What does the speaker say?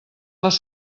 les